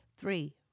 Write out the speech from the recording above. three